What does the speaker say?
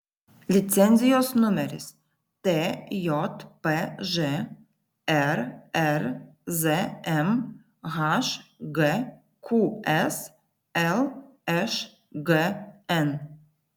licenzijos numeris tjpž rrzm hgqs lšgn